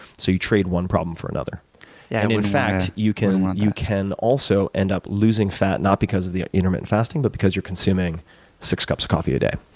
so you trade one problem for another. yeah and in fact, you you can also end up losing fat not because of the intermittent fasting but because you're consuming six cups of coffee a day.